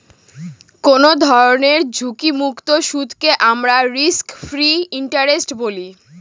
কোনো ধরনের ঝুঁকিমুক্ত সুদকে আমরা রিস্ক ফ্রি ইন্টারেস্ট বলি